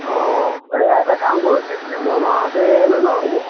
অঁ এটা কাম কৰক ছেপ্টেম্বৰ মাহতে লৈ লওঁ নেকি